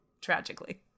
tragically